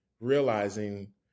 realizing